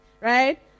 right